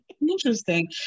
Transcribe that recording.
interesting